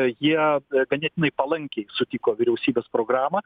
jie ganėtinai palankiai sutiko vyriausybės programą